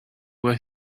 where